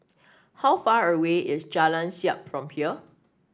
how far away is Jalan Siap from here